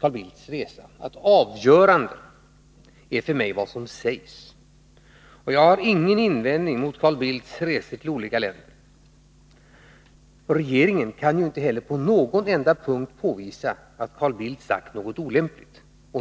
Carl Bildts resa säga följande. Avgörande för mig är vad som sägs. Jag har ingen invändning mot Carl Bildts resor till olika länder. Regeringen kan inte på någon enda punkt påvisa att Carl Bildt sagt något olämpligt.